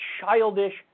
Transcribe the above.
childish